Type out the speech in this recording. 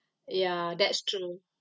ya that's true